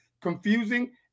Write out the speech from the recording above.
confusing